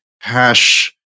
hash